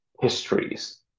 histories